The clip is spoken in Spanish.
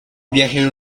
viajero